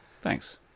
Thanks